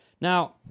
Now